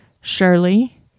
Shirley